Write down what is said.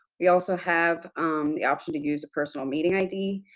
we also have the option to use a personal meeting id.